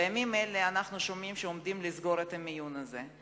בימים אלה אנחנו שומעים שעומדים לסגור את חדר המיון הזה.